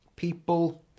people